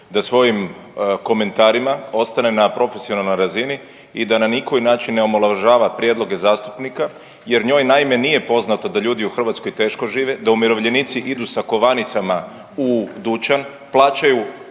da svojim komentarima ostane na profesionalnoj razini i da na ni koji način ne omalovažava prijedloge zastupnika jer njoj naime nije poznato da ljudi u Hrvatskoj teško žive, da umirovljenici idu sa kovanicama u dućan, plaćaju